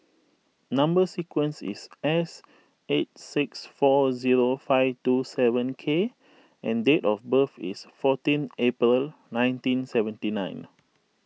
Number Sequence is S eight six four zero five two seven K and date of birth is fourteen April nineteen seventy nine